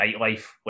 nightlife